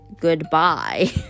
goodbye